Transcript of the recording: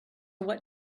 what